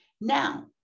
Now